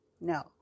No